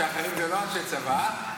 שאחרים זה לא אנשי צבא, אה?